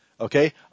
Okay